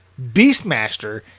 Beastmaster